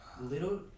little